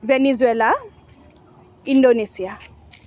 Venezuela Indonesia